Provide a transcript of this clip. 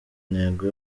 intego